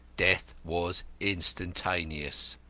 death was instantaneous.